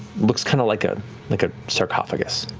looks kind of like ah like a sarcophagus.